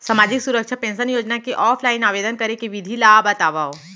सामाजिक सुरक्षा पेंशन योजना के ऑनलाइन आवेदन करे के विधि ला बतावव